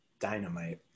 dynamite